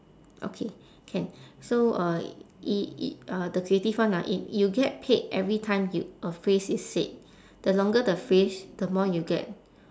okay can so uh i~ i~ uh the creative one ah i~ you get paid every time you a phrase is said the longer the phrase the more you get